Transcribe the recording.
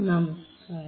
നമസ്കാരം